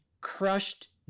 crushed